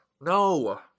no